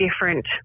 different